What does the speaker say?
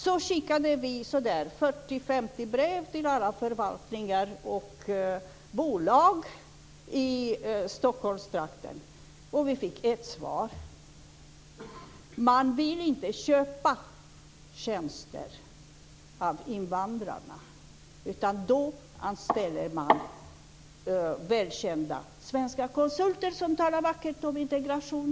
Vi skickade 40-50 brev till alla förvaltningar och bolag i Stockholmstrakten. Vi fick ett svar. Man vill inte köpa tjänster av invandrarna, utan då anställer man väl kända svenska konsulter som talar vackert om integration.